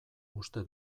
uste